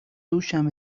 دوشم